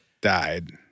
died